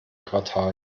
quartal